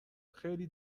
خیلی